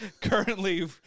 currently